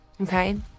Okay